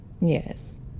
Yes